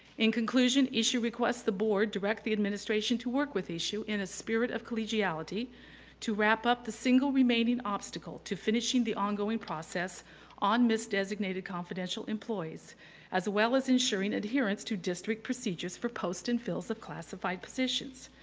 in conclusion, issu requests the board direct the administration to work with issu in a spirit of collegiality to wrap up the single remaining obstacle to finishing the ongoing process on misdesignated confidential employees as well as ensuring adherence to district procedures for post and fills of classified positions.